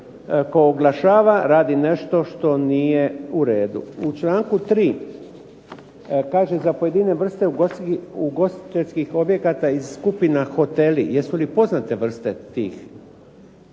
tko oglašava radi nešto što nije u redu. U članku 3. kaže za pojedine vrste ugostiteljskih objekata iz skupina hoteli. Jesu li poznate vrste te